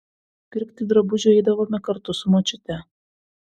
pirkti drabužių eidavome kartu su močiute